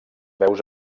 veus